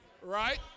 Right